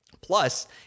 Plus